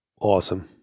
awesome